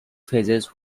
phases